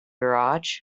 garage